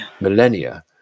millennia